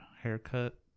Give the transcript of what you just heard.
haircut